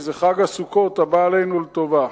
שזה חג הסוכות הבא עלינו לטובה.